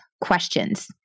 questions